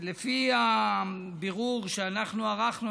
לפי בירור שאנחנו ערכנו,